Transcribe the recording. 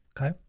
Okay